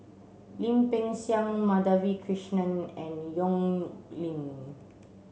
Lim Peng Siang Madhavi Krishnan and Yong Lin